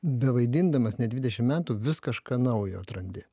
bevaidindamas ne dvidešim metų vis kažką naujo atrandi